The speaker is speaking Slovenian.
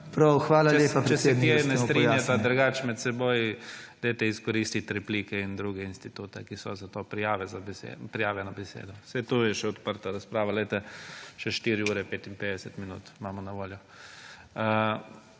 tako da, če se kje ne strinjata drugače me seboj dajte izkoristiti replike in druge institute, ki so za to, prijave na besedo. Saj to je že odprta razprava poglejte še 4 ure 55 minut imamo na voljo.